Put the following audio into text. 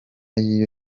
y’iyo